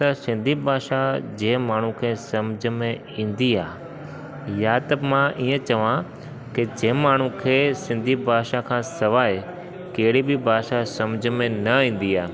सिंधी भाषा जंहिं माण्हू खे समुझ में ईंदी आहे या त मां ईअं चवां की जंहिं माण्हू खे सिंधी भाषा खां सवाइ कहिड़ी बि भाषा समुझ में न ईंदी आहे